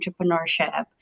entrepreneurship